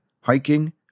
hiking